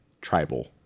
Tribal